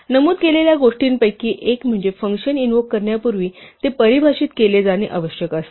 नमूद केलेल्या गोष्टींपैकी एक म्हणजे फंक्शन इन्व्होक करण्यापूर्वी ते परिभाषित केले जाणे आवश्यक आहे